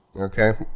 Okay